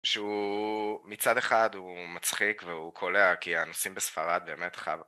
שהוא מצד אחד הוא מצחיק והוא קולע כי האנוסים בספרד באמת